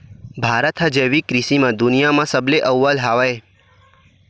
भारत हा जैविक कृषि मा दुनिया मा सबले अव्वल हवे